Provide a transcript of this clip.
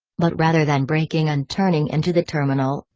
but rather than braking and turning into the terminal,